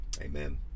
Amen